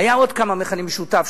היו עוד כמה מכנים משותפים,